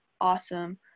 awesome